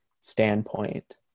standpoint